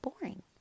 boring